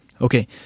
Okay